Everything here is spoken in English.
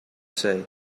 say